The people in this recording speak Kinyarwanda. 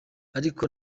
ariko